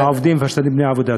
גם העובדים בלי עבודה.